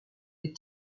est